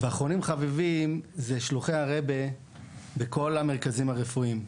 ואחרונים חביבים זה שלוחי הרבי בכל המרכזים הרפואיים.